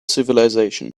civilization